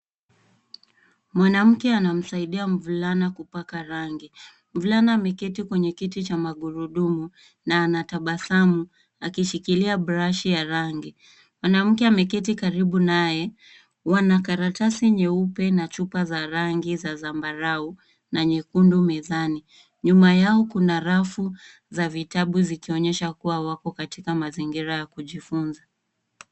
Mwanamke anamsaidia mvulana kupaka rangi. Mvulana ameketi kwenye kiti cha magurudumu, na anatabasamu, akishikilia brashi ya rangi. Mwanamke ameketi karibu naye, wana karatasi nyeupe na chupa za rangi za zambarau, na nyekundu mezani. Nyuma yao kuna rafu za vitabu zikionyesha kuwa wako katika mazingira ya kujifunza.